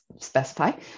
specify